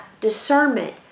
discernment